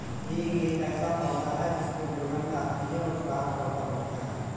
हींग एक ऐसा पौधा है जिसमें दुर्गंध आती है और स्वाद कड़वा होता है